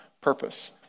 purpose